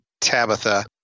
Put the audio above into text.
Tabitha